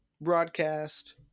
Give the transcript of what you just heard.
broadcast